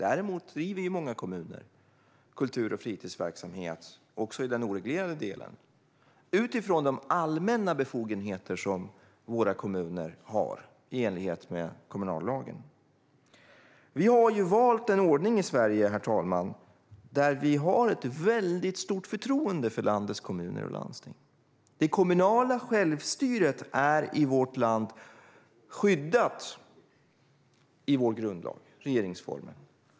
Däremot bedriver kommuner kultur och fritidsverksamhet också i den oreglerade delen utifrån de allmänna befogenheter som våra kommuner har i enlighet med kommunallagen. Herr talman! Vi har valt en ordning i Sverige där vi har ett mycket stort förtroende för landets kommuner och landsting. Det kommunala självstyret i vårt land är skyddat i vår grundlag - regeringsformen.